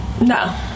no